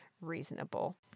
reasonable